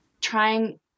trying